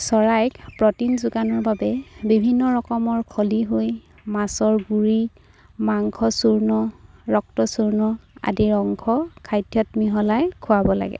চৰাইক প্ৰটিন যোগানৰ বাবে বিভিন্ন ৰকমৰ খলিহৈ মাছৰ গুড়ি মাংস চূৰ্ণ ৰক্তচূৰ্ণ আদিৰ অংশ খাদ্যত মিহলাই খুৱাব লাগে